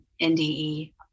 NDE